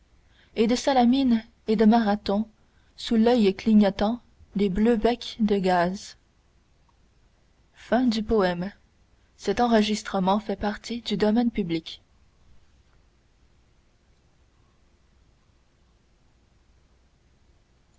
et de salamine et de marathon sous l'oeil clignotant des bleus becs de gaz